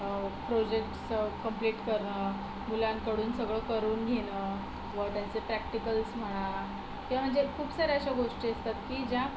projects complete करणं मुलांकडून सगळं करून घेणं व त्यांचे प्रॅक्टिकल्स म्हणा किंवा म्हणजे खूप सारे अशा गोष्टी असतात की ज्या